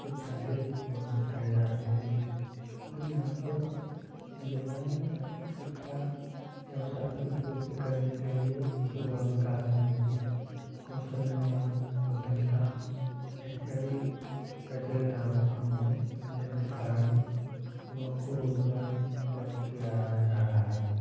शिक्षा से वंचित रह जाते हैं और यहाँ पर युवाओं में शिक्षा के अवसरों की पूर्ति करने के लिए युवा विकास समिति कौशल निर्माण उद्यमता इत्यादि प्रचलित अवस्था में है जिनके कारण युवाओं को रोज़गार उपलब्ध किया रहा है जा रहा है